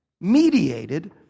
mediated